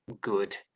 good